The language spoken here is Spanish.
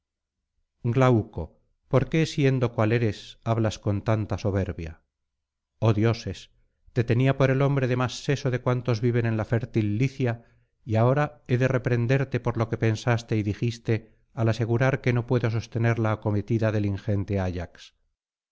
glauco por qué siendo cual eres hablas con tanta soberbia oh dioses te tenía por el hombre de más seso de cuantos viven en la fértil licia y ahora he de reprenderte por lo que pensaste y dijiste al asegurar que no puedo sostener la acometida del ingente ayax